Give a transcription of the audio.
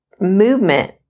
movement